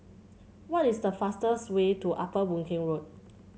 what is the fastest way to Upper Boon Keng Road